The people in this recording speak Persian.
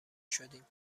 شدیم